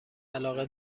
علاقه